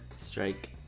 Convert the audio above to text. strike